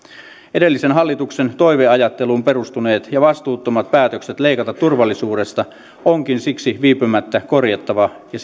edellisen hallituksen toiveajatteluun perustuneet ja vastuuttomat päätökset leikata turvallisuudesta onkin siksi viipymättä korjattava ja